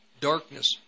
darkness